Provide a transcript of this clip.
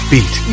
Beat